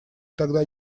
тогда